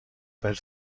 per